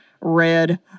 red